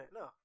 no